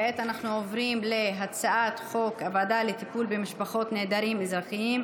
כעת אנחנו עוברים להצעת חוק הוועדה לטיפול במשפחות נעדרים אזרחיים,